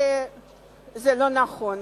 הוא לא נכון.